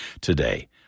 today